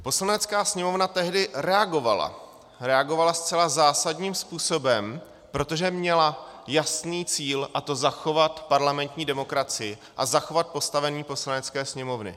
Poslanecká sněmovna tehdy reagovala, reagovala zcela zásadním způsobem, protože měla jasný cíl, a to zachovat parlamentní demokracii a zachovat postavení Poslanecké sněmovny.